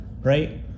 Right